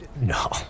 no